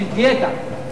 בשביל דיאטה.